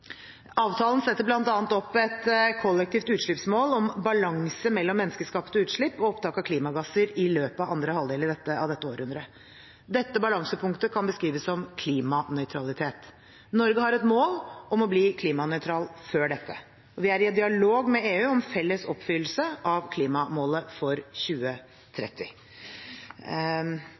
Avtalen setter bl.a. opp et kollektivt utslippsmål om balanse mellom menneskeskapte utslipp og opptak av klimagasser i løpet av andre halvdel av dette århundret. Dette balansepunktet kan beskrives som klimanøytralitet. Norge har et mål om å bli klimanøytralt før dette. Vi er i dialog med EU om felles oppfyllelse av klimamålet for 2030.